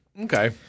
Okay